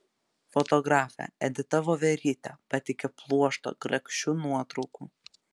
fotografė edita voverytė pateikia pluoštą grakščių nuotraukų